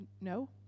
no